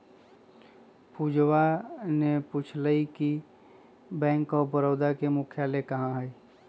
पूजवा ने पूछल कई कि बैंक ऑफ बड़ौदा के मुख्यालय कहाँ हई?